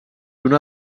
una